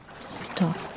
Stop